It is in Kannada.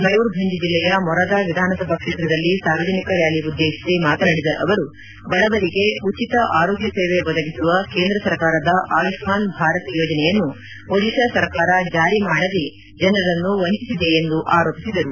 ಮಯೂರ್ಭಂಜ್ ಜಿಲ್ಲೆಯ ಮೊರದಾ ವಿಧಾನಸಭಾ ಕ್ಷೇತ್ರದಲ್ಲಿ ಸಾರ್ವಜನಿಕ ರ್ಕಾಲಿ ಉದ್ದೇಶಿಸಿ ಮಾತನಾಡಿದ ಅವರು ಬಡವರಿಗೆ ಉಚಿತ ಆರೋಗ್ಯ ಸೇವೆ ಒದಗಿಸುವ ಕೇಂದ್ರ ಸರ್ಕಾರದ ಆಯುಷ್ಮಾನ್ ಭಾರತ್ ಯೋಜನೆಯನ್ನು ಒಡಿತಾ ಸರ್ಕಾರ ಜಾರಿ ಮಾಡದೆ ಜನರನ್ನು ವಂಚಿಸಿದೆ ಎಂದು ಆರೋಪಿಸಿದರು